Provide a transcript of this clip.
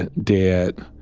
and dead.